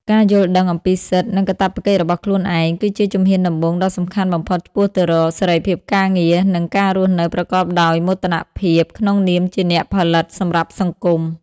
ការយល់ដឹងអំពីសិទ្ធិ និងកាតព្វកិច្ចរបស់ខ្លួនឯង គឺជាជំហានដំបូងដ៏សំខាន់បំផុតឆ្ពោះទៅរកសេរីភាពការងារ និងការរស់នៅប្រកបដោយមោទនភាពក្នុងនាមជាអ្នកផលិតសម្រាប់សង្គម។